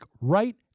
right